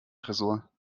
tresor